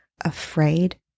afraid